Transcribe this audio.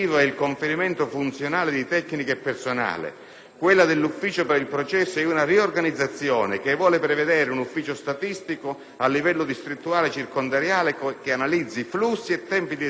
Quella dell'ufficio per il processo è una riorganizzazione che vuole prevedere un ufficio statistico a livello distrettuale circondariale che analizzi flussi e tempi di esaurimento dei processi,